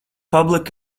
public